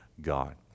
God